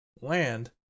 land